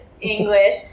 English